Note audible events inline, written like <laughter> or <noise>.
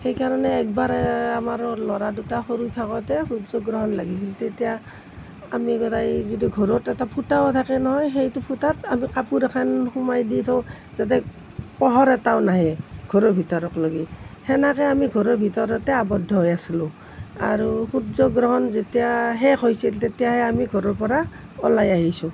সেইকাৰণে একবাৰ আমাৰ ল'ৰা দুটা সৰু থাকোঁতে সূৰ্যগ্ৰহণ লাগিছিল তেতিয়া আমি <unintelligible> যিটো ঘৰত এটা ফুটাও থাকে নহয় সেইটো ফুটাত আমি কাপোৰ এখন সোমাই দি থওঁ যাতে পোহৰ এটাও নাহে ঘৰৰ ভিতৰৰ লৈকে সেনেকৈ আমি ঘৰৰ ভিতৰতে আবদ্ধ হৈ আছিলোঁ আৰু সূৰ্যগ্ৰহণ যেতিয়া শেষ হৈছিল তেতিয়াহে আমি ঘৰৰ পৰা ওলাই আহিছোঁ